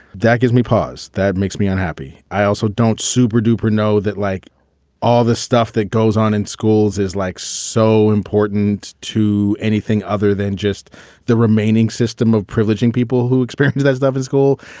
that gives me pause. that makes me unhappy. i also don't superduper know that like all the stuff that goes on in schools is like so important to anything other than just the remaining system of privileging people who experience that stuff in school.